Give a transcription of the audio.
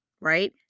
right